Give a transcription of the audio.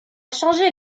changé